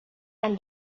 and